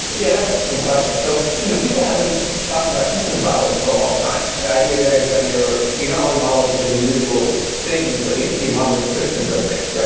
yeah, that's an interesting question. so you know people have been talking about systems biology for a long time, and the idea there is that you're you're not only modeling sort of individual things, but you're modeling systems of things, yeah